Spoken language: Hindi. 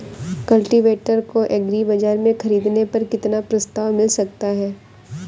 कल्टीवेटर को एग्री बाजार से ख़रीदने पर कितना प्रस्ताव मिल सकता है?